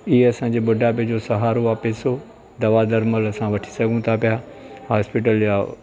इहो असांजो ॿुढापे जो सहारो आहे पेसो दवा दारू मल असां वठी सघूं था पिया हॉस्पिटल जा